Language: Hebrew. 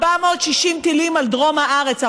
460 טילים על דרום הארץ.